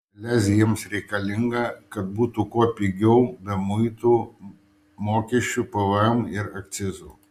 lez jiems reikalinga kad būtų kuo pigiau be muitų mokesčių pvm ir akcizų